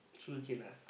sugarcane lah